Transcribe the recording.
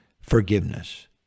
forgiveness